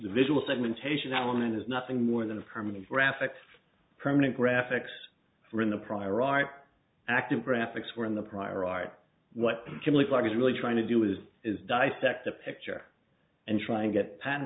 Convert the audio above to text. visual segmentation element is nothing more than a permanent graphics permanent graphics or in the prior art active graphics were in the prior art what you can look like is really trying to do was is dissect the picture and try and get p